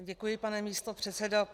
Děkuji, pane místopředsedo.